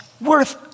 worth